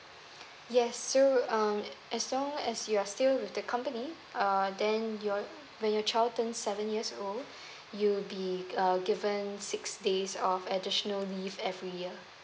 yes so um as long as you're still with the company err then your when your child turn seven years old you'll be err given six days of additional leave every year